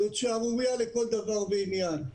זאת שערורייה לכל דבר ועניין.